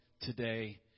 today